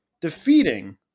defeating